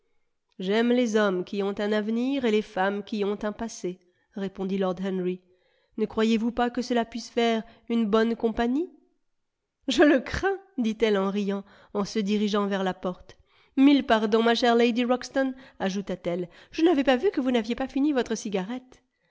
j'aime les hommes qui ont un avenir et les femmes qui ont un passé répondit lord henry ne croyez-vous pas que cela puisse faire une bonne compagnie je le crains dit-elle en riant en se dirigeant vers la porte mille pardons ma chère lady ruxton ajouta-t-elle je n'avais pas vu que vous n'aviez pas fini votre cigarette